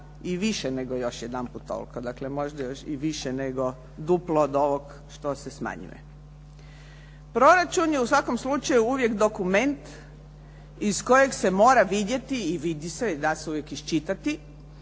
i više nego još jedanput toliko, dakle, možda još i više nego duplo od ovog što se smanjuje. Proračun je u svakom slučaju uvijek dokument iz kojeg se mora vidjeti i vidi se, da se uvijek iščitati